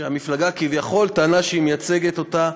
שהמפלגה כביכול טענה שהיא מייצגת אותה,